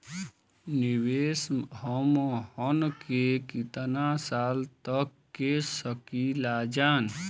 निवेश हमहन के कितना साल तक के सकीलाजा?